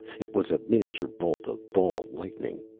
it was a miniature bolt of ball-lightning.